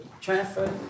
transfer